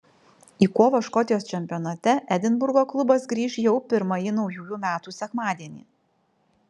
į kovą škotijos čempionate edinburgo klubas grįš jau pirmąjį naujųjų metų sekmadienį